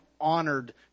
honored